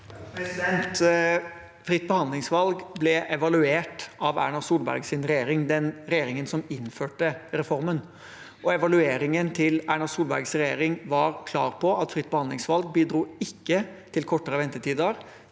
Fritt be- handlingsvalg ble evaluert av Erna Solbergs regjering, den regjeringen som innførte reformen, og evalueringen til Erna Solbergs regjering var klar på at fritt behandlingsvalg ikke bidro til kortere ventetider,